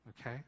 okay